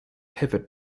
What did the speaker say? pivot